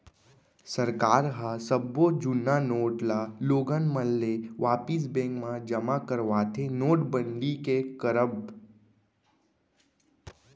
सरकार ह सब्बो जुन्ना नोट ल लोगन मन ले वापिस बेंक म जमा करवाथे नोटबंदी के करब म